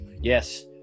Yes